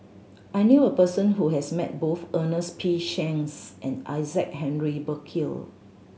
I knew a person who has met both Ernest P Shanks and Isaac Henry Burkill